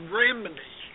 remedy